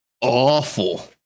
awful